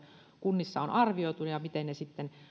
kunnissa on arvioitu ja miten ne sitten